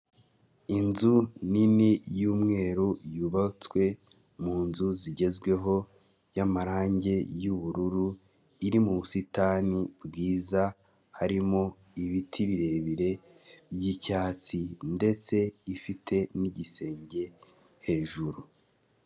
Inzu nini y'umweru yubatswe mu nzu zigezweho y'amarangi y'ubururu, iri mu busitani bwiza harimo ibiti birebire by'icyatsi ndetse ifite n'igisenge hejuru.